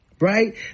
Right